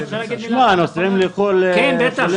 לחו"ל.